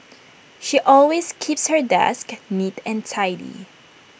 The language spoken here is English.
she always keeps her desk neat and tidy